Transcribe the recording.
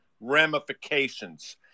ramifications